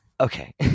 Okay